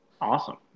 awesome